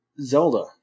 Zelda